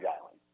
Island